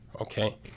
Okay